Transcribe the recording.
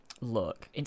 Look